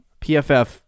PFF